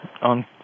on